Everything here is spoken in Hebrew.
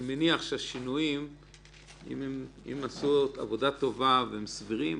אני מניח שאם עשו עבודה טובה והשינויים סבירים,